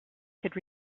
could